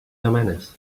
demanes